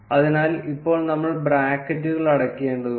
അതിനാൽ ഇപ്പോൾ നമ്മൾ ബ്രാക്കറ്റുകൾ അടയ്ക്കേണ്ടതുണ്ട്